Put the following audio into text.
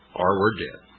or were dead.